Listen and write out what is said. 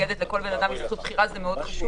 לכל בן אדם יש זכות בחירה וזה מאוד חשוב.